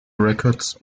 records